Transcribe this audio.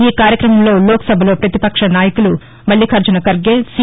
ఈ కార్యక్రమంలో లోక్ సభలో ప్రతిపక్ష నాయకులు మల్లికార్జన్ ఖర్గే సి